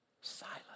silence